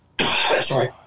Sorry